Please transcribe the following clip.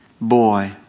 boy